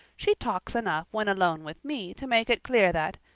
she talks enough when alone with me to make it clear that,